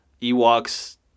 Ewoks